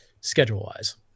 Schedule-wise